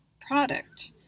product